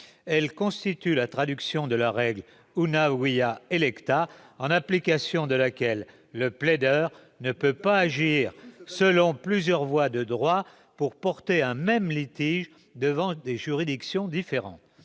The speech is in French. Elle constitue la traduction de la règle :, en vertu de laquelle le plaideur ne peut pas agir selon plusieurs voies de droit pour porter un même litige devant des juridictions différentes.